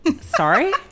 Sorry